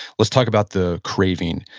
let's talk about the craving.